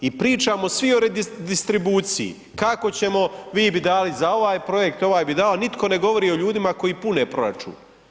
I pričamo svi o redistribuciji, kako ćemo, vi bi dali za ovaj projekt, ovaj bi dao, nitko ne govori o ljudima koji pune proračun.